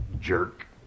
jerk